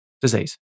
disease